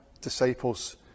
disciples